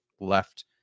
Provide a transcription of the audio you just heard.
left